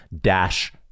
dash